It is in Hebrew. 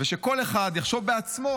שכל אחד יחשוב בעצמו